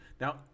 Now